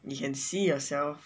you can see yourself